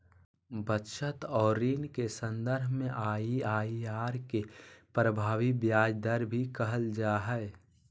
बचत और ऋण के सन्दर्भ में आइ.आइ.आर के प्रभावी ब्याज दर भी कहल जा हइ